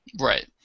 Right